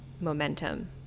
momentum